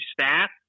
staff